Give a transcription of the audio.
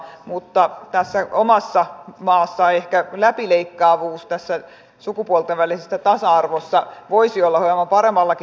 mutta tässä omassa maassamme ehkä läpileikkaavuus tässä sukupuolten välisessä tasa arvossa voisi olla hieman paremmallakin tasolla